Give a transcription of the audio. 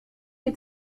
die